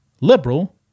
liberal